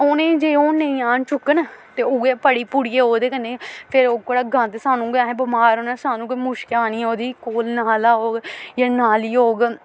उ'नें जे ओह् नेईं आन चुक्कन ते उऐ पड़ी पुड़ियै ओह्दे कन्नै फिर ओह्कड़ा गंद सानूं गै असें बमार होना सानूं गै मुश्क आनी ओह्दी कोल नाला होग जां नाली होग